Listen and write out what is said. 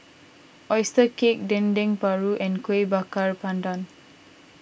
Oyster Cake Dendeng Paru and Kueh Bakar Pandan